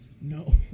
No